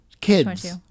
kids